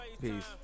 Peace